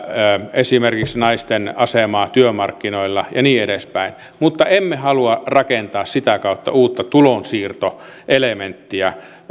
esimerkiksi naisten asemaa työmarkkinoilla ja niin edespäin mutta emme halua rakentaa sitä kautta uutta tulonsiirtoelementtiä